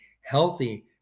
healthy